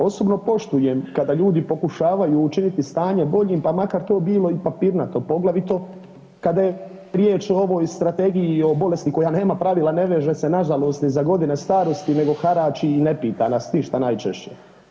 Osobno poštujem kada ljudi pokušavaju učiniti stanje boljim pa makar to bilo i papirnato poglavito kada je riječ o ovoj strategiji i o bolesti koja nema pravila, ne veže se na žalost ni za godine starosti nego harači i ne pita nas ništa najčešće.